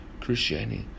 Christianity